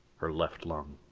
her left lung.